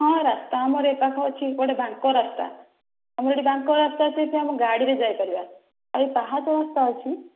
ହଁ ରାସ୍ତା ଆମର ଏପାଖ ଅଛି ଗୋଟେ ବାଙ୍କ ରାସ୍ତା ଆଉ ଏଠି ବାଙ୍କ ରାସ୍ତା ଅଛି ଏଠି ଆମେ ଗାଡ଼ିରେ ଯାଇ ପାରିବା ଆଉ ପାହାଚ ରାସ୍ତା ଅଛି